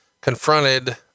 confronted